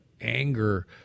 anger